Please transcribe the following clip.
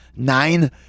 Nine